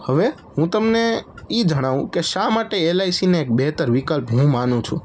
હવે હું તમને એ જણાવું કે શા માટે એલઆઇસીને એક બહેતર વિકલ્પ હું માનું છું